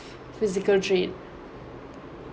physical trait